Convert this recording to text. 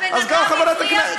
הבן-אדם הבריח פלאפונים,